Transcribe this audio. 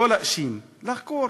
לא להאשים, לחקור.